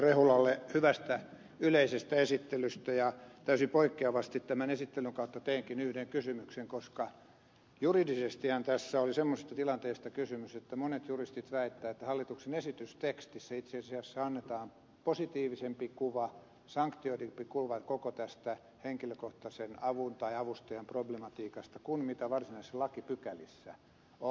rehulalle hyvästä yleisestä esittelystä ja täysin poikkeavasti tämän esittelyn kautta teenkin yhden kysymyksen koska juridisestihan tässä oli semmoisesta tilanteesta kysymys että monet juristit väittävät että hallituksen esitystekstissä itse asiassa annetaan positiivisempi kuva sanktioidumpi kuva koko tästä henkilökohtaisen avun tai avustajan problematiikasta kuin mitä varsinaisissa lakipykälissä on